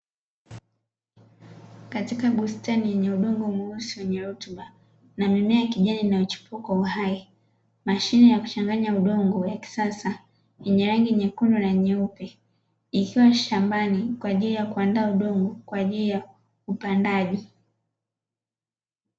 Katika bustani yenye udongo mweusi wenyewe rutuba, na mimea kijani inayochipuka kwa uhai. Mashine ya kuchanganya udongo ya kisasa yenye rangi nyekundu na nyeupe, ikiwa shambani kwa ajili ya kuandaa udongo kwa ajili ya upandaji.